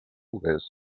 list